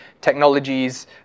technologies